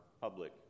public